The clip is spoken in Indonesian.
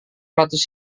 ratus